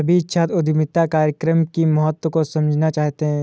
सभी छात्र उद्यमिता कार्यक्रम की महत्ता को समझना चाहते हैं